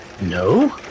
No